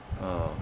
orh